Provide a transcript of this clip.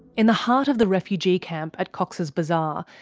in the heart of the refugee camp at cox's bazar.